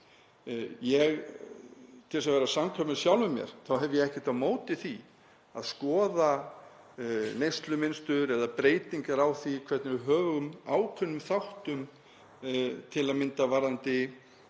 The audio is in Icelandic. þess að vera samkvæmur sjálfum mér þá hef ég ekkert á móti því að skoða neyslumynstur eða breytingar á því hvernig við högum ákveðnum þáttum til að mynda varðandi